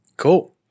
Cool